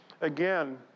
again